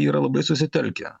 yra labai susitelkę